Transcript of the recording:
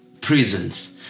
prisons